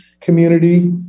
community